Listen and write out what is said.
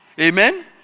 Amen